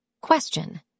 Question